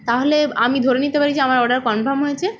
তাহলে আমি ধরে নিতে পারি যে আমার অর্ডার কনফার্ম হয়েছে